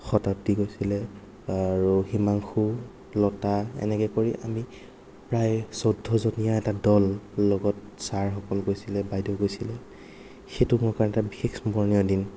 শতাব্দী গৈছিলে আৰু হিমাংশু লতা এনেকে কৰি আমি প্ৰায় চৈধ্যজনীয়া এটা দল লগত ছাৰসকল গৈছিল বাইদেউ গৈছিল সেইটো মোৰ কাৰণে এটা বিশেষ স্মৰণীয়া দিন